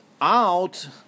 out